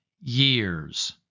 years